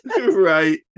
Right